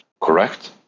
correct